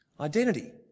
identity